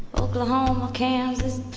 oklahoma, kansas,